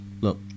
look